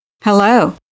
Hello